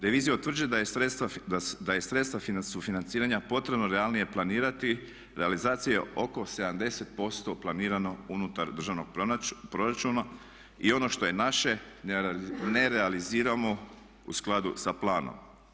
Revizija utvrđuje da je sredstva sufinanciranja potrebno realnije planirati, realizacija je oko 70% planirano unutar državnog proračuna i ono što je naše ne realiziramo u skladu sa planom.